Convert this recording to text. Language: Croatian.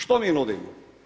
Što mi nudimo?